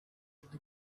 like